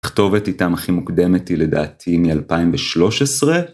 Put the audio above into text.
כתובת איתם הכי מוקדמתי לדעתי מ-2013.